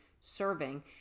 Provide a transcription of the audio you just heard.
serving